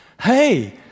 Hey